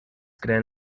crean